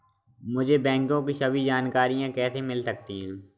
मुझे बैंकों की सभी जानकारियाँ कैसे मिल सकती हैं?